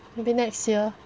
maybe next year